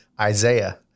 Isaiah